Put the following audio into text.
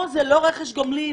כאן זה לא רכש גומלין.